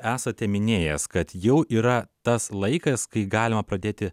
esate minėjęs kad jau yra tas laikas kai galima pradėti